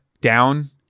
down